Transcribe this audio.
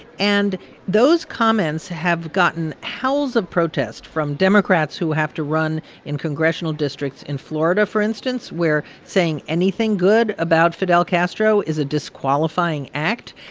and those comments have gotten howls of protest from democrats who have to run in congressional districts in florida, for instance, where saying anything good about fidel castro is a disqualifying act.